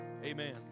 Amen